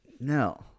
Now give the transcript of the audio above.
No